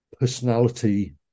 personality